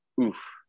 oof